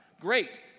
Great